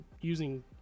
using